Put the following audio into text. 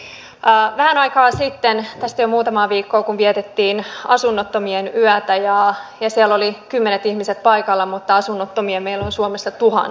hyvä ministeri vähän aikaa sitten tästä ei ole kuin muutama viikko vietettiin asunnottomien yötä ja siellä oli kymmeniä ihmisiä paikalla mutta asunnottomia meillä on suomessa tuhansia